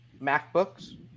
MacBooks